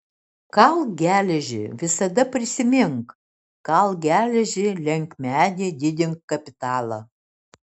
kalk geležį visada prisimink kalk geležį lenk medį didink kapitalą